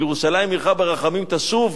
"ולירושלים עירך ברחמים תשוב".